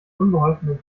unbeholfenen